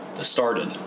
started